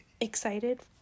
excited